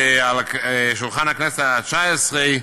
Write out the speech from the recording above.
ועל שולחן הכנסת התשע-עשרה,